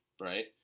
Right